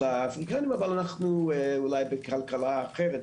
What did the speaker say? אבל אנחנו אולי בכלכלה אחרת.